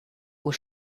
aux